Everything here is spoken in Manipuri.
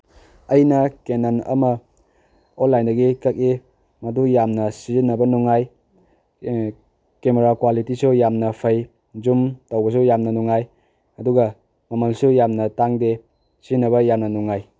ꯑꯩꯅ ꯀꯦꯅꯟ ꯑꯃ ꯑꯣꯟꯂꯥꯏꯟꯗꯒꯤ ꯀꯛꯏ ꯃꯗꯨ ꯌꯥꯝꯅ ꯁꯤꯖꯤꯟꯅꯕ ꯅꯨꯡꯉꯥꯏ ꯀꯦꯃꯦꯔꯥ ꯀ꯭ꯋꯥꯂꯤꯇꯤꯁꯨ ꯌꯥꯝꯅ ꯐꯩ ꯖꯨꯝ ꯇꯧꯕꯁꯨ ꯌꯥꯝꯅ ꯅꯨꯡꯉꯥꯏ ꯑꯗꯨꯒ ꯃꯃꯜꯁꯨ ꯌꯥꯝꯅ ꯇꯥꯡꯗꯦ ꯁꯤꯖꯤꯟꯅꯕ ꯌꯥꯝꯅ ꯅꯨꯡꯉꯥꯏ